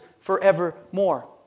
forevermore